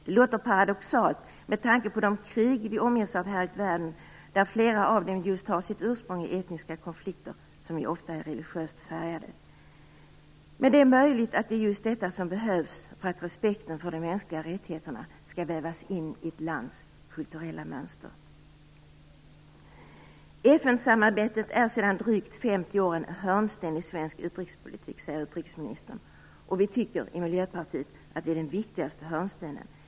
Det låter paradoxalt med tanke på de krig som vi omges av här i världen. Flera av dem har sitt ursprung i etniska konflikter som ju ofta är religiöst färgade. Men det är möjligt att det är just detta som behövs för att respekten för de mänskliga rättigheterna skall vävas in i ett lands kulturella mönster. FN-samarbetet är sedan drygt 50 år en hörnsten i svensk utrikespolitik, säger utrikesministern. Vi i Miljöpartiet tycker att det är den viktigaste hörnstenen.